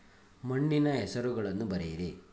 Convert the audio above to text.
ಮಣ್ಣಿನ ಹೆಸರುಗಳನ್ನು ಬರೆಯಿರಿ